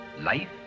life